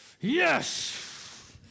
Yes